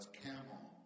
camel